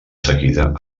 seguida